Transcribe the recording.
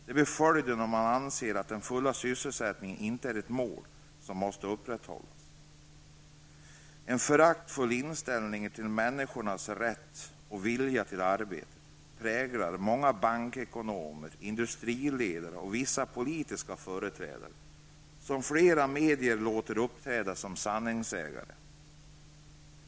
Det blir följden om man anser att full sysselsättning inte är ett mål som måste upprätthållas. En föraktfull inställning till människornas rätt och vilja till arbete präglar många bankekonomer, industriledare och vissa politiska företrädare, som flera medier låter uppträda som ''sanningssägare''.